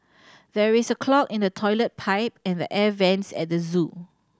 there is a clog in the toilet pipe and the air vents at the zoo